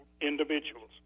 individuals